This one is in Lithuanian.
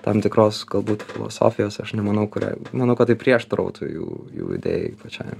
tam tikros galbūt filosofijos aš nemanau kurią manau kad tai prieštarautų jų jų idėjai pačiai